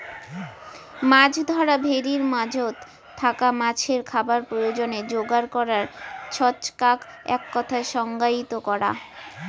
মাছ ধরা ভেরির মাঝোত থাকা মাছের খাবার প্রয়োজনে যোগার করার ছচকাক এককথায় সংজ্ঞায়িত করা